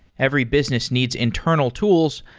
every business needs internal tools,